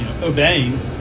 obeying